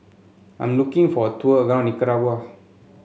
I'm looking for tour around Nicaragua